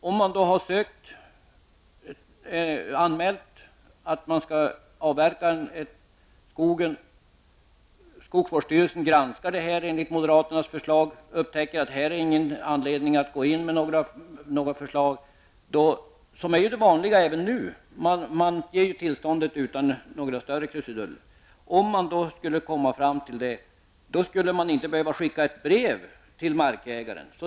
Om markägaren har anmält att han skall avverka skogen och skogsvårdsstyrelsen granskar det enligt moderaternas förslag och upptäcker att det här inte finns anledning att gå in med något förslag, vilket även nu är det vanliga -- man ger ju tillstånd utan några större krusiduller -- behöver man inte skicka något brev till markägaren.